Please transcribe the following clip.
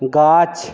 গাছ